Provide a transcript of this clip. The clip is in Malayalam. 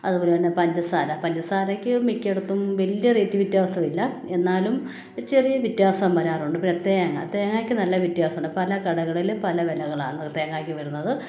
അതുപോലെത്തന്നെ പഞ്ചസാര പഞ്ചസാരയ്ക്ക് മിക്കയിടത്തും വല്യ റേറ്റ് വ്യത്യാസമില്ല എന്നാലും ചെറിയ വ്യത്യാസം വരാറുണ്ട് പിന്നെ തേങ്ങ തേങ്ങയ്ക്ക് നല്ല വ്യത്യാസമുണ്ട് പല കടകളിലും പല വിലകളാണ് തേങ്ങയ്ക്ക് വരുന്നത്